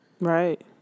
right